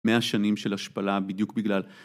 מאה שנים של השפלה בדיוק בגלל